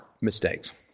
mistakes